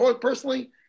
personally